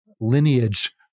lineage